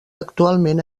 actualment